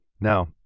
Now